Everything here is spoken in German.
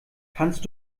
kannst